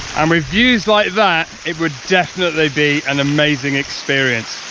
um ah views like that it would definitely be an amazing experience!